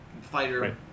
fighter